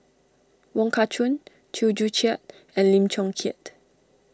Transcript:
Wong Kah Chun Chew Joo Chiat and Lim Chong Keat